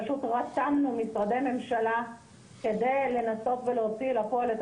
פשוט רתמנו משרדי ממשלה כדי לנסות להוציא לפועל את